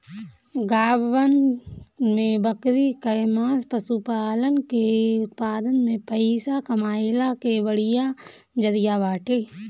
गांवन में बकरी कअ मांस पशुपालन के उत्पादन में पइसा कमइला के बढ़िया जरिया बाटे